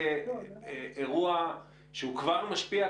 זה אירוע שהוא כבר משפיע,